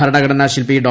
ഭരണഘടനാ ശില്പി ഡോ